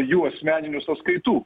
jų asmeninių sąskaitų